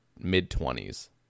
mid-twenties